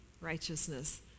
righteousness